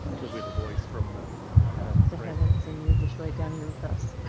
she'll be the voice from the heavens heavens and you're just right down here with us.